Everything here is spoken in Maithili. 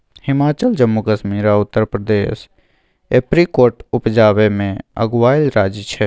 हिमाचल, जम्मू कश्मीर आ उत्तर प्रदेश एपरीकोट उपजाबै मे अगुआएल राज्य छै